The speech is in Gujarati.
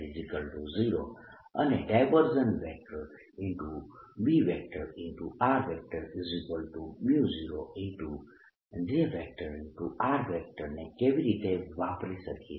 B0 અને B0 J ને કેવી રીતે વાપરી શકીએ